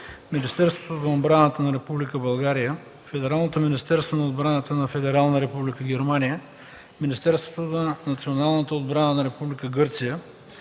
Министерството на отбраната на Република България, Федералното министерство на отбраната на Федерална република Германия, Министерството на националната отбрана на Република Гърция,